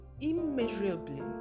immeasurably